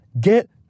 get